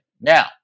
Now